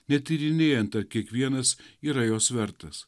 netyrinėjant ar kiekvienas yra jos vertas